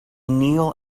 kneel